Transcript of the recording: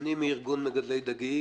אני מארגון מגדלי דגים.